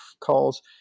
calls